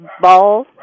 ball